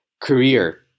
Career